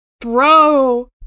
Bro